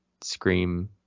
scream